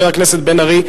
חבר הכנסת בן-ארי,